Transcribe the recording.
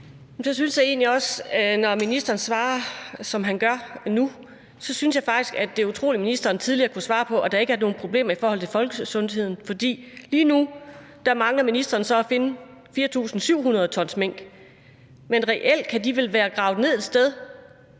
Når ministeren svarer, som han gør nu, så synes jeg faktisk, at det er utroligt, at ministeren tidligere kunne svare, at der ikke er nogen problemer i forhold til folkesundheden. For lige nu mangler ministeren så at finde 4.700 t mink, men reelt kan de vel være gravet ned et sted,